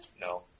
No